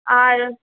আর